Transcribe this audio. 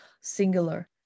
singular